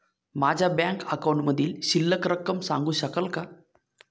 माझ्या बँक अकाउंटमधील शिल्लक रक्कम सांगू शकाल का?